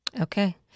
okay